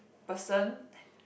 person